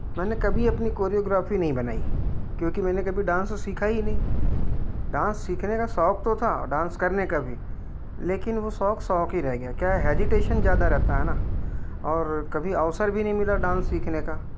मैंने कभी अपनी कोरियोग्राफ़ी नहीं बनाई क्योंकि मैंने कभी डांस सीखा ही नहीं डांस सीखने का शौक तो था और डांस करने का भी लेकिन वो शौक शौक ही रह गया क्या हेजिटेशन ज़्यादा रहता है ना और कभी अवसर भी नहीं मिला डांस सीखने का